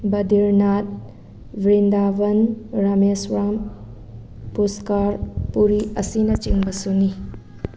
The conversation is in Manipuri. ꯚꯗꯤꯔꯅꯥꯠ ꯕ꯭ꯔꯤꯟꯗꯥꯕꯟ ꯔꯥꯃꯦꯁꯔꯥꯝ ꯄꯨꯁꯀꯥꯔ ꯄꯨꯔꯤ ꯑꯁꯤꯅꯆꯤꯡꯕꯁꯨꯅꯤ